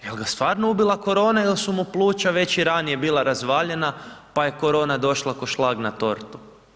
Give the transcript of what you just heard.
Jel ga stvarno ubila korona ili su mu pluća već i ranije bila razvaljena pa je korona došla ko šlag na tortu.